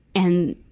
and,